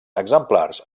exemplars